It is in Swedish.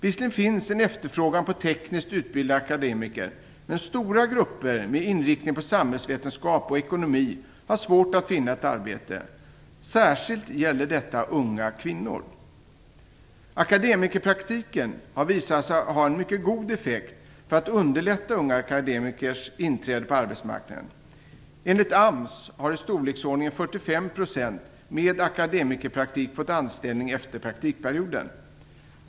Visserligen finns en efterfrågan på tekniskt utbildade akademiker, men stora grupper med inriktning på samhällsvetenskap och ekonomi har svårt att finna ett arbete. Särskilt gäller detta unga kvinnor. Akademikerpraktiken har visat sig ha en mycket god effekt för att underlätta unga akademikers inträde på arbetsmarknaden. Enligt AMS har i storleksordningen 45 % med akademikerpraktik fått anställning efter praktikperioden.